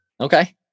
Okay